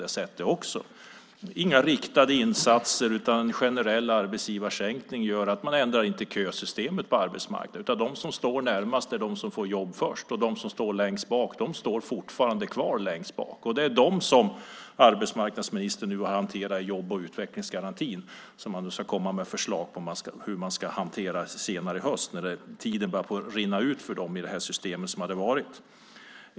Det har inte gjorts några riktade insatser. Den generella sänkningen av arbetsgivaravgifterna gör att man inte ändrar kösystemet på arbetsmarknaden. De som står närmast är de som först får jobb, och de som står längst bak står kvar där. Det är de som arbetsmarknadsministern nu hanterar i den jobb och utvecklingsgaranti som det ska komma förslag om i höst, när tiden börjar rinna ut för dem i det system som varit.